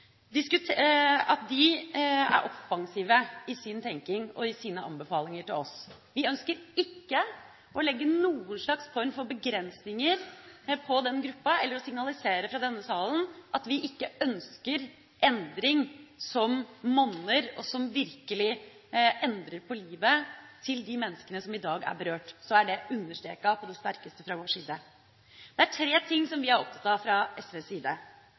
er offensiv i sin tenkning og i sine anbefalinger til oss. Vi ønsker ikke å legge noen slags form for begrensninger på den gruppa eller å signalisere fra denne salen at vi ikke ønsker endring som monner, og som virkelig endrer på livet til de menneskene som i dag er berørt. Så er det understreket på det sterkeste fra vår side. Det er tre ting som vi er opptatt av fra SVs side: